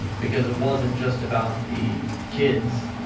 because it wasn't just about the kids,